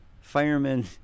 firemen